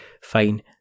fine